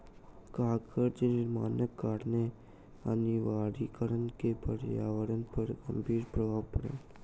कागज निर्माणक कारणेँ निर्वनीकरण से पर्यावरण पर गंभीर प्रभाव पड़ल